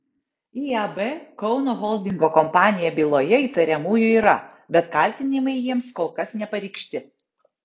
iab kauno holdingo kompanija byloje įtariamųjų yra bet kaltinimai jiems kol kas nepareikšti